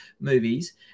movies